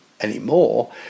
anymore